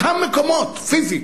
אותם מקומות פיזית,